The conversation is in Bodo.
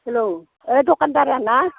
हेलौ ओइ दखानदारा ना